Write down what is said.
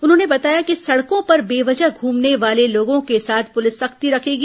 उन्होंने बताया कि सड़कों पर बेवजह घमने वाले लोगों के साथ पुलिस सख्ती करेगी